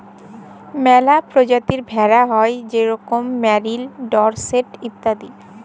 ম্যালা পরজাতির ভেড়া হ্যয় যেরকম মেরিল, ডরসেট ইত্যাদি